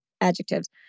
adjectives